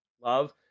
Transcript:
love